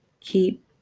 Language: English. Keep